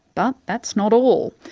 but that's not all.